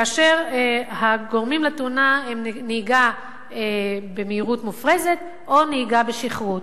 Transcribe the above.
כאשר הגורמים לתאונה הם נהיגה במהירות מופרזת או נהיגה בשכרות.